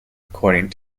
according